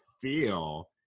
feel